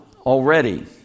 already